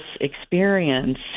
experience